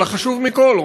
אבל החשוב מכול,